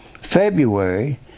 February